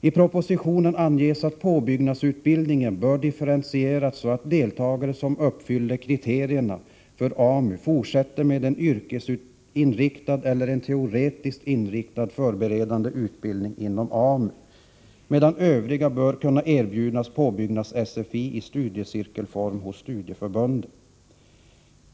I propositionen anges att påbyggnadsutbildningen bör differentieras så att deltagare som uppfyller kriterierna för AMU fortsätter med en yrkesinriktad eller en teoretiskt inriktad förberedande utbildning inom AMU, medan övriga bör kunna erbjudas påbyggnads-SFI i studiecirkelform hos studieförbunden.